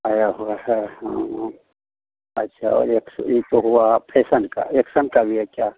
आया हुआ है हाँ अच्छा और एक सो ई तो हुआ फेसन का एक्सन का भी है क्या